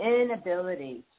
inability